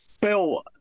bill